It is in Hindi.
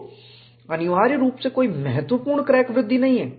तो अनिवार्य रूप से कोई महत्वपूर्ण क्रैक वृद्धि नहीं है